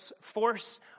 force